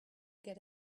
get